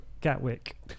Gatwick